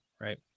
Right